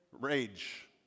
rage